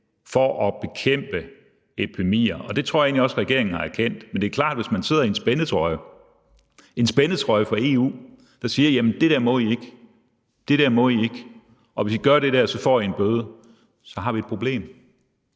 for at bekæmpe epidemier. Og det tror jeg egentlig også regeringen har erkendt. Men det er klart, at hvis man sidder i en spændetrøje fra EU, der siger, at det der må vi ikke, og at vi, hvis vi gør det, får en bøde, så har vi et problem